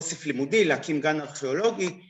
‫אוסיף לימודי להקים גן ארכיאולוגי.